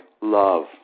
love